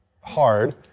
hard